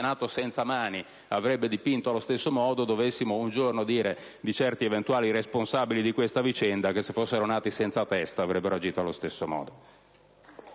nato senza mani avrebbe dipinto allo stesso modo, dovessimo dire un giorno di qualche responsabile di questa vicenda che se fosse nato senza testa avrebbe agito allo stesso modo.